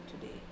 today